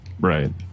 Right